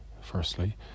firstly